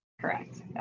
Correct